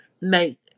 make